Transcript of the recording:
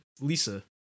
Lisa